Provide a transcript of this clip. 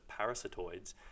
parasitoids